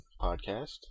podcast